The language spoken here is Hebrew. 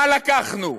מה לקחנו?